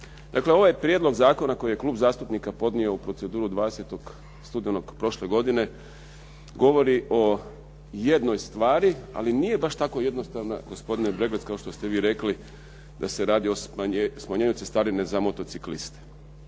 Dakle ovaj prijedlog zakona koji je Klub zastupnika podnio u proceduru 20. studenog prošle godine, govori o jednoj stvari, ali nije baš tako jednostavna gospodine Breglec kada ste rekli da se radi o smanjenju cestarine za motocikliste.